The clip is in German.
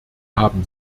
haben